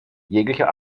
jeglicher